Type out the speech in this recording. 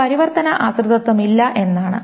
ഒരു പരിവർത്തന ആശ്രിതത്വമില്ല എന്നാണ്